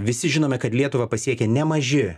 visi žinome kad lietuvą pasiekia nemaži